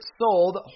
sold